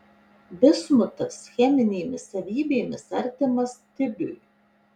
bismutas cheminėmis savybėmis artimas stibiui